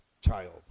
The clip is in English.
child